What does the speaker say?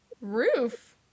Roof